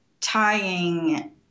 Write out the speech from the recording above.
tying